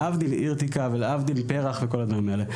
להבדיל מאירתקא ולהבדיל מפרח ומכל הדברים האלה?